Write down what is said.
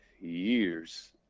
years